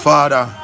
Father